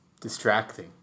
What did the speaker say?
distracting